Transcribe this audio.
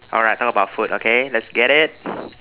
alright talk about food okay let's get it